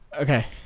Okay